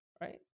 right